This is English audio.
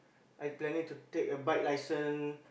I planning to take a bike license